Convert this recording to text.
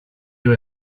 you